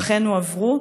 אכן הועברו?